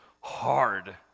hard